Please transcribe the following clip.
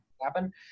happen